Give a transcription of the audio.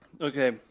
Okay